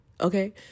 okay